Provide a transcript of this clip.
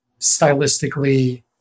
stylistically